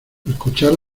escuchar